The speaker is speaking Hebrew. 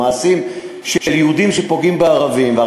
המעשים של יהודים שפוגעים בערבים ושל